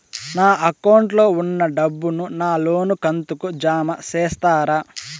నా అకౌంట్ లో ఉన్న డబ్బును నా లోను కంతు కు జామ చేస్తారా?